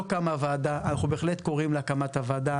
לא קמה וועדה, בהחלט אנחנו קוראים להקמת הוועדה.